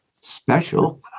Special